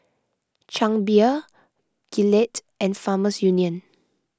Chang Beer Gillette and Farmers Union